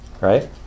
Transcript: Right